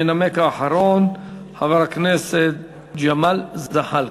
המנמק האחרון, חבר הכנסת ג'מאל זחאלקה.